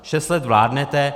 Šest let vládnete.